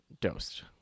dosed